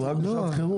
אבל רק בשעת חירום.